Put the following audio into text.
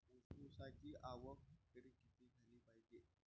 ऊसाची आवक हेक्टरी किती झाली पायजे?